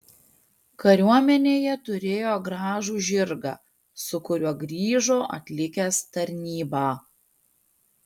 kariuomenėje turėjo gražų žirgą su kuriuo grįžo atlikęs tarnybą